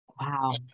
Wow